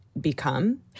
become